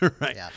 Right